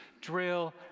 drill